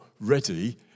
ready